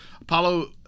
Apollo